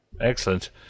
Excellent